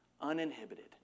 uninhibited